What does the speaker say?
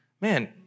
Man